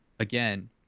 Again